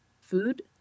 food